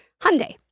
Hyundai